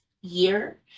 year